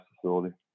facility